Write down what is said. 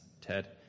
ted